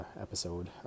episode